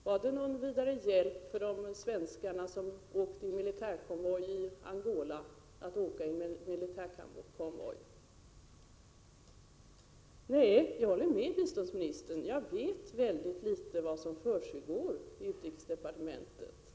Var det någon vidare hjälp för svenskarna i Angola att de åkte i militärkonvoj? Jag håller med biståndsministern om att jag vet väldigt litet om vad som försiggår i utrikesdepartementet.